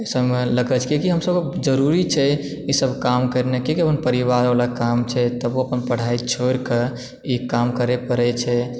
ओहिसभमे लागि जाइ छी क्यूँकि हमसभके जरूरी छै ईसभ काम करनाइ किआकि अपन परिवारबला काम छै तबो अपन पढाई छोड़िके ई काम करय पड़ैत छै